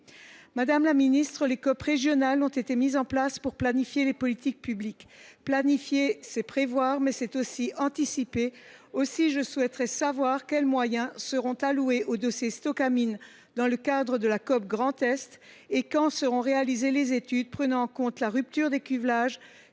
Madame la ministre, les COP régionales ont été mises en place pour planifier des politiques publiques. Planifier, c’est prévoir, mais c’est aussi anticiper. Aussi, je souhaiterais savoir quels moyens seront alloués au dossier Stocamine dans le cadre de la COP Grand Est et quand seront réalisées les études prenant en compte la rupture des cuvelages